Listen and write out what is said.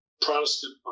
protestant